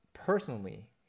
personally